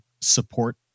support